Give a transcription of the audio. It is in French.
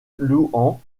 louhans